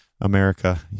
America